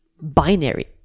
binary